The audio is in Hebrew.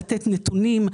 לתת נתונים,